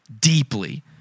Deeply